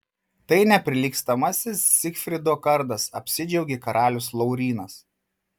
tai neprilygstamasis zigfrido kardas apsidžiaugė karalius laurynas